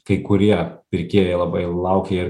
kai kurie pirkėjai labai laukia ir